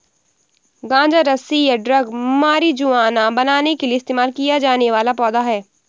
गांजा रस्सी या ड्रग मारिजुआना बनाने के लिए इस्तेमाल किया जाने वाला पौधा है